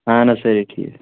اَہَن حظ سأری ٹھیٖک